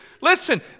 listen